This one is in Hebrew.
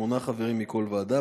שמונה מכל ועדה,